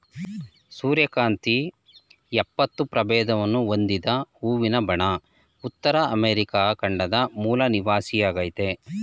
ಸೂರ್ಯಕಾಂತಿ ಎಪ್ಪತ್ತು ಪ್ರಭೇದವನ್ನು ಹೊಂದಿದ ಹೂವಿನ ಬಣ ಉತ್ತರ ಅಮೆರಿಕ ಖಂಡದ ಮೂಲ ನಿವಾಸಿಯಾಗಯ್ತೆ